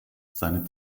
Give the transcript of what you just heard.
seine